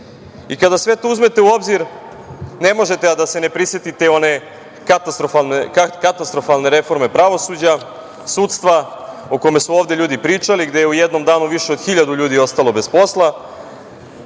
Kada sve to uzmete u obzir, ne možete a da se ne prisetite one katastrofalne reforme pravosuđa, sudstva o kome su ovde ljudi pričali, gde je u jednom danu više od hiljadu ljudi ostalo bez posla.